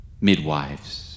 midwives